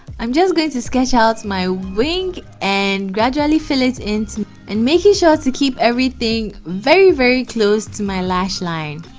i'm just going to sketch out my wing and gradually fill it in and making sure to keep everything very very close to my lash line